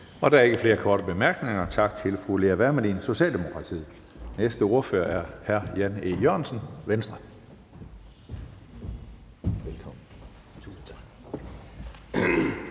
Der er ikke flere korte bemærkninger. Tak til fru Lea Wermelin, Socialdemokratiet. Næste ordfører er hr. Jan E. Jørgensen, Venstre. Velkommen. Kl.